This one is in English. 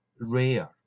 rare